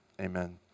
Amen